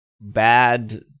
bad